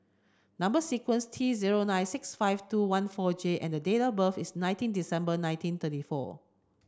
number sequence T zero nine six five two one four J and date of birth is nineteen December nineteen thirty four